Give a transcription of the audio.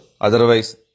Otherwise